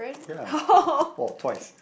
ya well twice